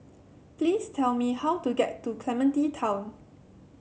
please tell me how to get to Clementi Town